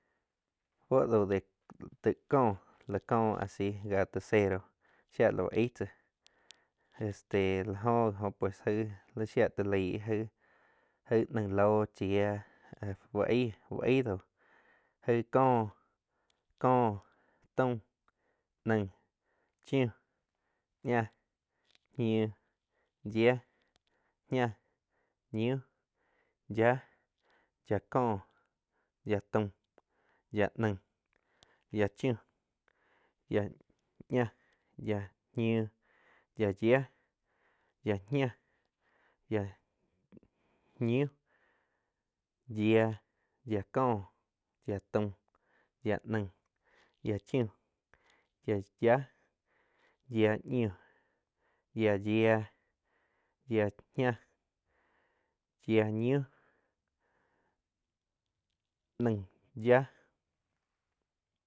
Fuó dau dhe taig có la có a si gie taig cero, shia la úh aig tzá este la jóh gi óh pues aig siah taig lai aig nain ló chíah uh aig, úh aig dau aig có, có, taum, naig, chiu, ñáh, ñiu, ñia, ña, ñiuh, yiah, yá có, ya taum, ya naig, ya chiu, ya ñáh, ya ñiu, ya yiah, yia ñiah, ya ñiu, yia-yia có, yia taum, yia naing, yia chiuh, yia-yiah, yia ñiu, yiah yiah, yiah ña, yiah ñiuh, naing yiah.